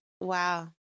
Wow